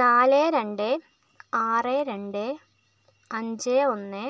നാല് രണ്ട് ആറ് രണ്ട് അഞ്ച് ഒന്ന്